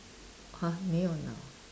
!huh! 没有脑